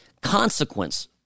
consequence